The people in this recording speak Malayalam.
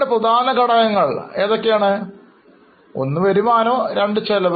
PL ac പ്രധാന ഘടകങ്ങൾ വരുമാനവും ചെലവും